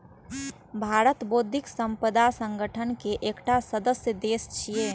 भारत बौद्धिक संपदा संगठन के एकटा सदस्य देश छियै